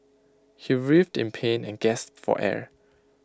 he writhed in pain and gasped for air